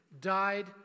died